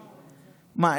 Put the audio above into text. מה,